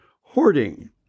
hoarding